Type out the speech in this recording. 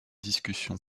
discussion